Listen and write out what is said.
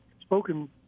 spoken